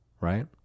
right